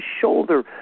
shoulder